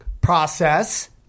process